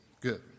good